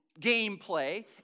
gameplay